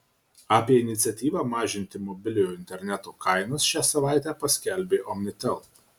apie iniciatyvą mažinti mobiliojo interneto kainas šią savaitę paskelbė omnitel